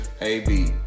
AB